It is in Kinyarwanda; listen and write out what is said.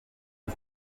uri